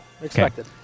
expected